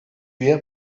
üye